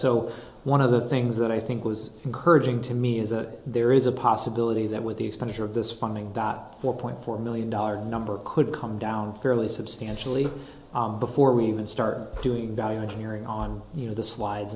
so one of the things that i think was encouraging to me is that there is a possibility that with the expenditure of this funding that four point four million dollars number could come down fairly substantially before we even start doing value engineering on you know the slides